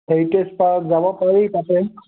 heritage park যাব পাৰি তাতে